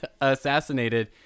assassinated